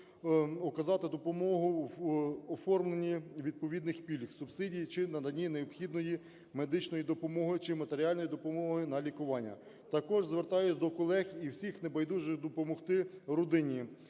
оказати допомогу в оформленні відповідних пільг, субсидій чи наданні необхідної медичної допомоги, чи матеріальної допомоги на лікування. Також звертаюсь до колег і всіх небайдужих допомогти родині.